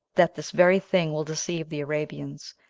that this very thing will deceive the arabians,